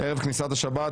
ערב כניסת שבת,